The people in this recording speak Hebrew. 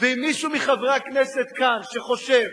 ואם מישהו מחברי הכנסת כאן חושב